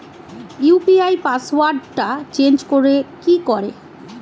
UPI পাসওয়ার্ডটা change করে কি করে?